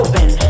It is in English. Open